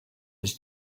his